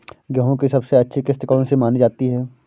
गेहूँ की सबसे अच्छी किश्त कौन सी मानी जाती है?